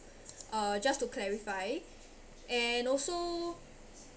uh just to clarify and also